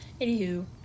anywho